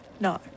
No